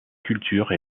culture